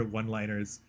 one-liners